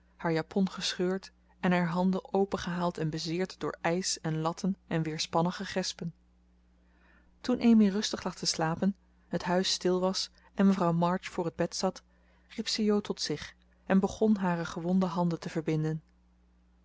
haar japon gescheurd en haar handen opengehaald en bezeerd door ijs en latten en weerspannige gespen toen amy rustig lag te slapen het huis stil was en mevrouw march voor het bed zat riep ze jo tot zich en begon hare gewonde handen te verbinden